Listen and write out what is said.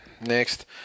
next